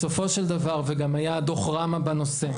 בסופו של דבר, וגם היה דוח רמה בנושא.